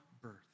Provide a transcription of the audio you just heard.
birth